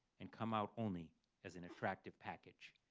and come out only as an attractive package.